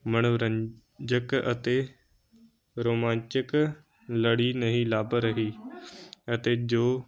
ਮਨੋਰੰਜਕ ਅਤੇ ਰੋਮਾਂਚਕ ਲੜੀ ਨਹੀਂ ਲੱਭ ਰਹੀ ਅਤੇ ਜੋ